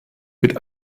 mit